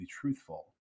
truthful